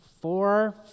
four